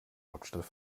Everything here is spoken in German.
hauptstadt